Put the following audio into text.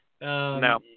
No